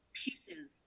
pieces